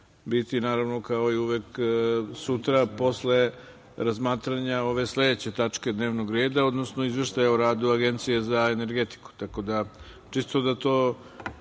biti, naravno, kao i uvek, sutra, posle razmatranja sledeće tačke dnevnog reda, odnosno Izveštaja o radu Agencije za energetiku. Čisto da to